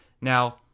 Now